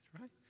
right